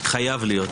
חייב להיות.